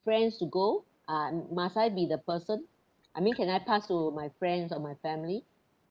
friends to go uh must I be the person I mean can I pass to my friends or my family